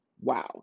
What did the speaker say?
wow